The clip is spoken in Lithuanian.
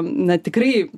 na tikrai